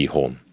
Home